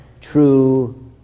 true